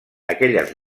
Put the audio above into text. aquelles